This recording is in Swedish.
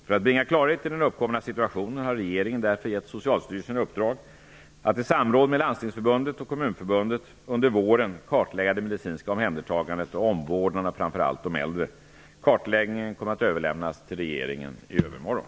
För att bringa klarhet i den uppkomna situationen har regeringen därför gett Socialstyrelsen i uppdrag att, i samråd med Landstingsförbundet och Svenska kommunförbundet, under våren kartlägga det medicinska omhändertagandet och omvårdnaden av framför allt de äldre. Kartläggningen kommer att överlämnas till regeringen i övermorgon.